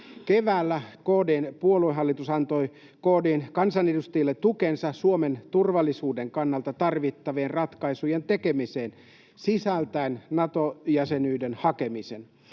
Keväällä KD:n puoluehallitus antoi KD:n kansanedustajille tukensa Suomen turvallisuuden kannalta tarvittavien ratkaisujen tekemiseen sisältäen Nato-jäsenyyden hakemisen.